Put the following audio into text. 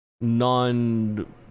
non